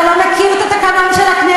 אתה לא מכיר את התקנון של הכנסת.